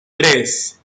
tres